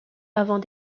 avant